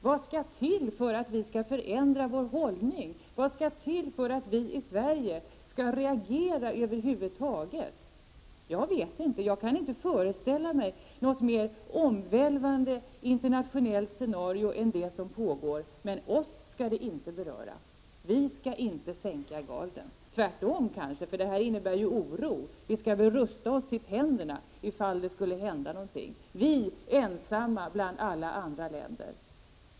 Vad skall till för att vi skall förändra vår hållning? Vad skall till för att vi i Sverige skall reagera över huvud taget? Jag vet inte. Jag kan inte föreställa mig något mer omvälvande internationellt scenario än det som pågår, men oss skall det inte beröra. Vi skall inte sänka garden. Tvärtom kanske, för det här innebär ju oro. Vi skall väl rusta oss till tänderna, ifall det skulle hända någonting. Vi ensamma bland alla andra länder!